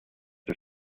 are